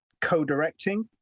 co-directing